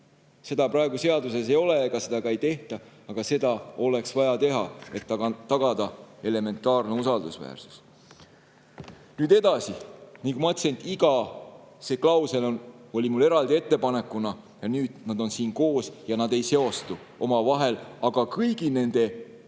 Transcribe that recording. Seda praegu seaduses ei ole ja seda ka ei tehta, aga seda oleks vaja teha, et tagada elementaarne usaldusväärsus. Edasi, nagu ma ütlesin, iga klausel oli mul eraldi ettepanekuna ja nüüd nad on siin koos ja nad ei seostu omavahel, aga kõigi nende